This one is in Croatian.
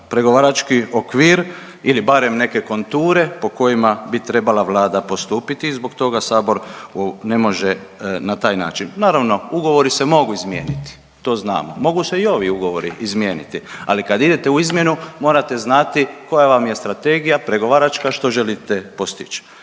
pregovarački okvir ili barem neke konture po kojima bi trebala Vlada postupiti i zbog toga sabor ne može na taj način. Naravno, ugovori se mogu izmijeniti, to znamo. Mogu se i ovi ugovori izmijeniti, ali kad idete u izmjenu morate znati koja vam je strategija pregovaračka, što želite postići.